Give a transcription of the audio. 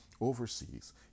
overseas